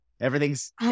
Everything's